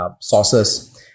sources